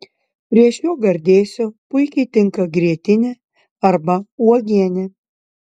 prie šio gardėsio puikiai tinka grietinė arba uogienė